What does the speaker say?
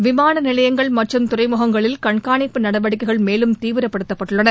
விமானநிலையங்கள் மற்றும் துறைமுகங்களில் கண்காணிப்பு நடவடிக்கைகள் மேலும் தீவிரப்படுத்தப்பட்டுள்ளன